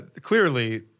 clearly